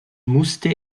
musste